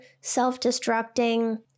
self-destructing